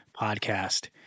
Podcast